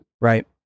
Right